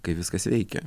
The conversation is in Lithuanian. kaip viskas veikia